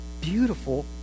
beautiful